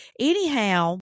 anyhow